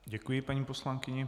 Děkuji paní poslankyni.